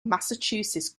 massachusetts